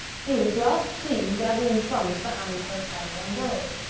he was last seen gathering plums behind the hotel eondeau.